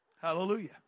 Hallelujah